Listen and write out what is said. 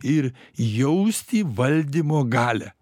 ir jausti valdymo galią